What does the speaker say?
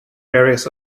various